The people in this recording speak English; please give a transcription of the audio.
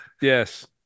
Yes